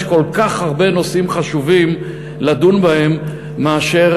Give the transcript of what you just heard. יש כל כך הרבה נושאים חשובים לדון בהם מאשר